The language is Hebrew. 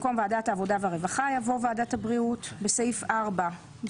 במקום "ועדת העבודה והרווחה" יבוא "ועדת הבריאות"; בסעיף 4(א2),